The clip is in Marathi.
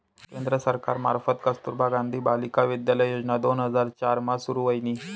केंद्र सरकार मार्फत कस्तुरबा गांधी बालिका विद्यालय योजना दोन हजार चार मा सुरू व्हयनी